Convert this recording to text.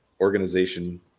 organization